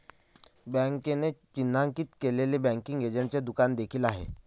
बँकेने चिन्हांकित केलेले बँकिंग एजंटचे दुकान देखील आहे